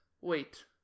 Wait